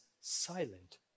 silent